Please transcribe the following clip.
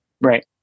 Right